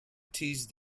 teased